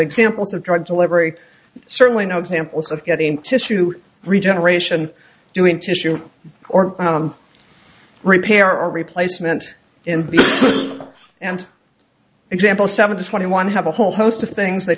examples of drug delivery certainly no examples of getting tissue regeneration doing tissue or repair or replacement in b and example seven twenty one have a whole host of things they